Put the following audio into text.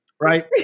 Right